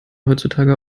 heutzutage